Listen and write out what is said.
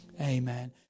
Amen